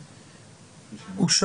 הצבעה התקנות אושרו.